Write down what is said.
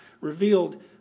revealed